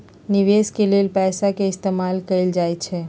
निवेश के लेल पैसा के इस्तमाल कएल जाई छई